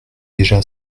déjà